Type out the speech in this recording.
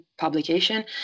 publication